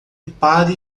pare